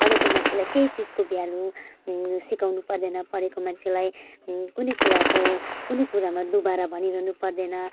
पढेको मान्छेलाई केही चिजको भ्यालू सिकाउनु पर्दैन पढेको मान्छेलाई कुनै कुराको कुनै कुरामा दोबारा भनिरहनु पर्दैन